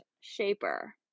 shaper